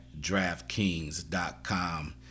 DraftKings.com